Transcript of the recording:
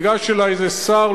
ניגש אלי איזה שר,